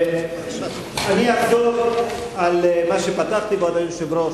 אני אחזור על מה שפתחתי בו, אדוני היושב-ראש.